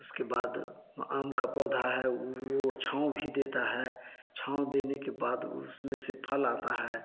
उसके बाद आम का पौधा है वो छाँव भी देता है छाँव देने के बाद उसमें से फल आता है